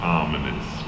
ominous